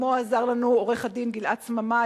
עמו עזר לנו עורך-הדין גלעד סממה,